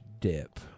dip